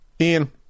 Ian